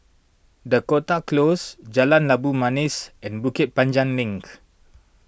Dakota Close Jalan Labu Manis and Bukit Panjang Link